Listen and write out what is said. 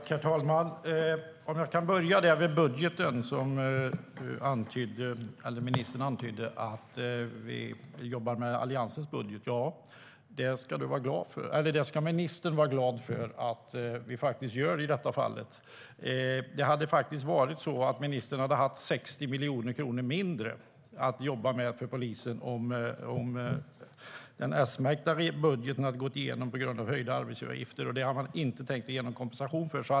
Herr talman! Jag kan börja med budgeten. Ministern antydde att vi jobbar med Alliansens budget. Ja, och det ska ministern vara glad för att vi gör i det här fallet. Det hade faktiskt varit så att ministern haft 60 miljoner kronor mindre att jobba med för polisen om den S-märkta budgeten gått igenom med höjda arbetsgivaravgifter som man inte tänkt ge någon kompensation för.